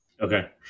Okay